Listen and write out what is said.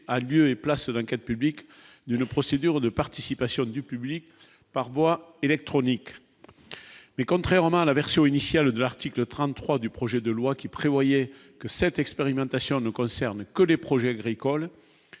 a lieu et place d'enquête publique d'une procédure de participation du public par voie électronique, mais contrairement à la version initiale de l'article 33 du projet de loi qui prévoyait que cette expérimentation ne concerne que les projets agricoles